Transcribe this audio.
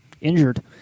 injured